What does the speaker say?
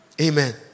Amen